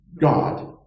God